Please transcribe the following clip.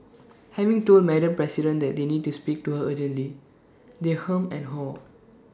having told Madam president that they need to speak to her urgently they hem and haw